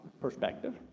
perspective